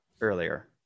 earlier